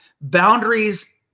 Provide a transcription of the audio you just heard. boundaries